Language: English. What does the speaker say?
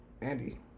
Andy